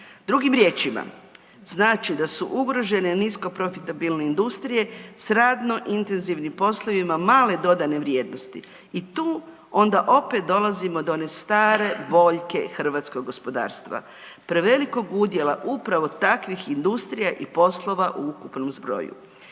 Drugim riječima, znači da su ugrožene nisko profitabilne industrije s radno intenzivnim poslovima male dodane vrijednosti i tu onda opet dolazimo do one stare boljke hrvatskog gospodarstva, prevelikog udjela upravo takvih industrija i poslova u ukupnom zbroju.